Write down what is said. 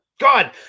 god